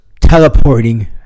teleporting